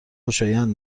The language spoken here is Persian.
خوشایند